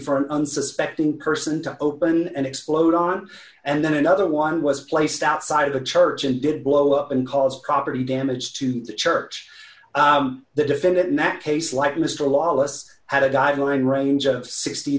an unsuspecting person to open and explode on and then another one was placed outside the church and did blow up and cause property damage to the church the defendant that case like mr lawless had a guideline range of sixty